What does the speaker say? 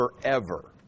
forever